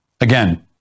Again